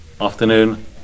Afternoon